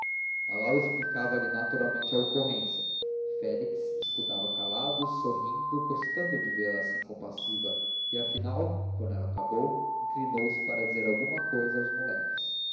grupo lalau explicava lhe naturalmente a ocorrência félix escutava calado sorrindo gostando de vê-la assim compassiva e afinal quando ela acabou inclinou-se para dizer alguma cousa aos moleques